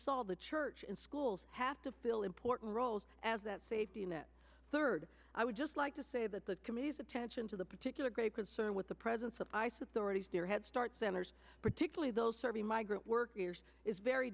saw the church and schools have to fill important roles as that safety net third i would just like to say that the committee's attention to the particular great concern with the presence of ice authorities their head start centers particularly those serving migrant workers is very